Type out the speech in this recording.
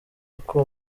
kuko